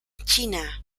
china